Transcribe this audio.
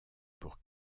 pour